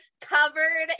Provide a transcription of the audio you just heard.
covered